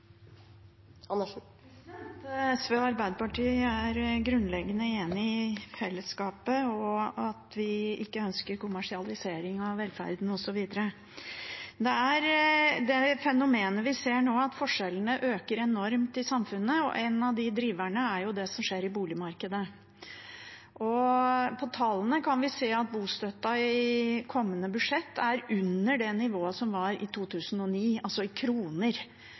grunnleggende enige i fellesskapet og at vi ikke ønsker kommersialisering av velferden osv. Det er det fenomenet vi ser nå, at forskjellene øker enormt i samfunnet, og en av driverne er det som skjer i boligmarkedet. På tallene kan vi se at bostøtta i kommende budsjett er under det nivået som var i 2009 – i kroner.